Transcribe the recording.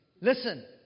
listen